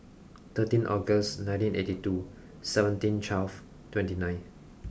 thirteen August nineteen eighty two seventeen twelve twenty nine